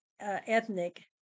ethnic